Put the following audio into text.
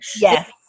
Yes